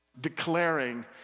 declaring